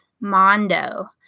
Mondo